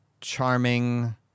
charming